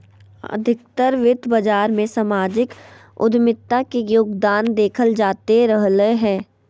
अधिकतर वित्त बाजार मे सामाजिक उद्यमिता के योगदान देखल जाते रहलय हें